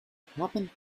happened